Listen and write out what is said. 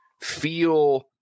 feel